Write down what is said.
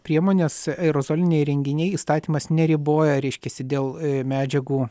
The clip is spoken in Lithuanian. priemonės aerozoliniai įrenginiai įstatymas neriboja reiškiasi dėl medžiagų